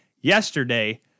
yesterday